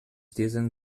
diesen